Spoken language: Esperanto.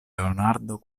leonardo